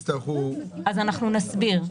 נסביר.